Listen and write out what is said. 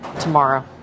tomorrow